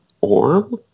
Orm